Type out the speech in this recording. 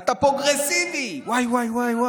זה לא מה שהם עושים.